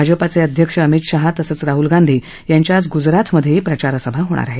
भाजपाचे अध्यक्ष अमित शाह तसंच राहुल गांधी यांच्या आज गुजरातमधेही प्रचारसभा होणार आहेत